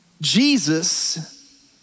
Jesus